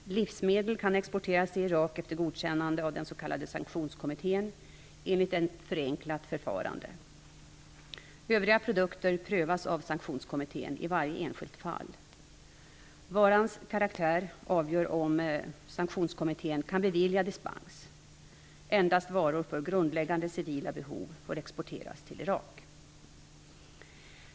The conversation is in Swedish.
Livsmedel kan exporteras till Irak efter godkännande av den s.k. sanktionskommittén enligt ett förenklat förfarande. Övriga produkter prövas av Sanktionskommittén i varje enskilt fall. Varans karaktär avgör om sanktionskommittén kan bevilja dispens. Endast varor för grundläggande civila behov får exporteras till Irak.